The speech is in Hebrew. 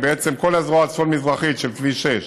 ובעצם כל הזרוע הצפון-מזרחית של כביש 6